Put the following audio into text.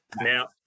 Now